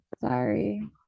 Sorry